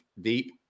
deep